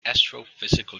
astrophysical